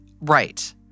Right